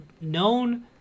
known